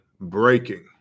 breaking